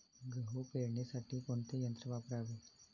गहू पेरणीसाठी कोणते यंत्र वापरावे?